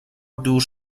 دور